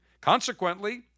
Consequently